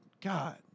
God